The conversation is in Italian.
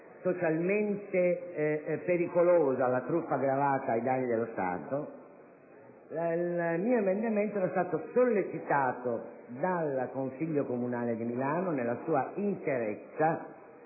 il mio emendamento era stato sollecitato dal Consiglio comunale di Milano nella sua interezza.